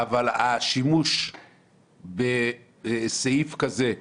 אבל השימוש בסעיף כזה,